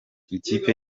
ikipe